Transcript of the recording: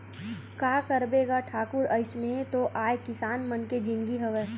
का करबे गा ठाकुर अइसने तो आय किसान मन के जिनगी हवय